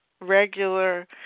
regular